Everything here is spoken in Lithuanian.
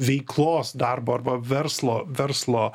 veiklos darbo arba verslo verslo